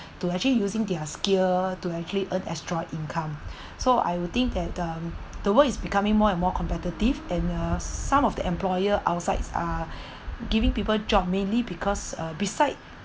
to actually using their skill to actually earn extra income so I would think that the world is becoming more and more competitive and uh some of the employer outsides are giving people job mainly because uh beside